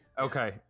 okay